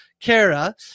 kara